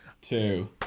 Two